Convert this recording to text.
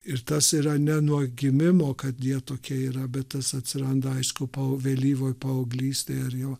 ir tas yra ne nuo gimimo kad jie tokie yra bet tas atsiranda vyskupo vėlyvoje paauglystėje ar jau